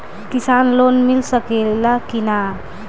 किसान लोन मिल सकेला कि न?